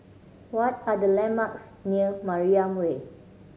what are the landmarks near Mariam Way